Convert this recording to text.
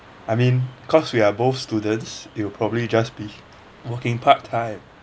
I mean cause we are both students it'll probably just be working part time